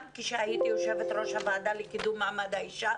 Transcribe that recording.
גם כשהייתי יושבת-ראש הוועדה לקידום מעמד האישה,